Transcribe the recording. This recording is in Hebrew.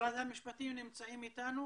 נמצא איתנו?